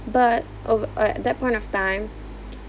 but of uh at that point of time